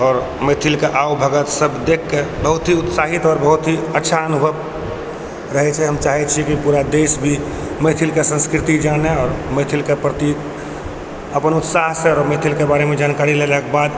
आओर मैथिलके आवभगत सब देखके बहुत ही उत्साहित आओर बहुत ही अच्छा अनुभव रहै छै हम चाहै छी कि पूरा देश भी मैथिलके संस्कृति जानै आओर मैथिलके प्रति अपन उत्साहसँ मैथिलके बारेमे जानकारी लेलाके बाद